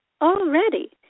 already